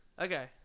Okay